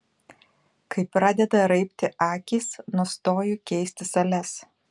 kai pradeda raibti akys nustoju keisti sales